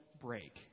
break